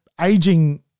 aging